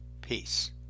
Peace